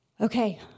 Okay